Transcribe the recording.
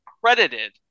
credited